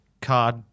card